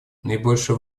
наибольшую